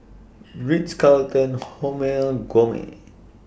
Ritz Carlton Hormel Gourmet